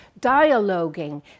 dialoguing